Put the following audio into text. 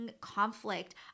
conflict